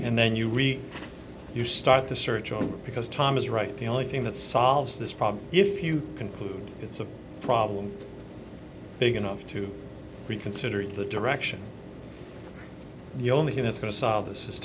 and then you really you start to search out because time is right the only thing that solves this problem if you conclude it's a problem big enough to reconsider the direction the only thing that's going to solve this